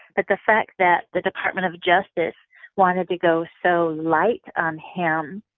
but the fact that the department of justice wanted to go so light on him,